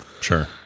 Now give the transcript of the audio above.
sure